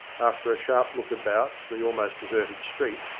after a sharp look about the almost deserted street,